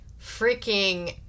freaking